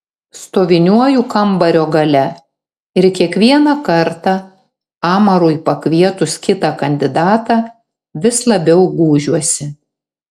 stoviniuoju kambario gale ir kiekvieną kartą amarui pakvietus kitą kandidatą vis labiau gūžiuosi